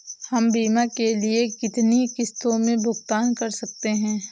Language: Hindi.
हम बीमा के लिए कितनी किश्तों में भुगतान कर सकते हैं?